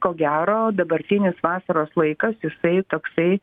ko gero dabartinis vasaros laikas jisai toksai